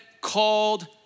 called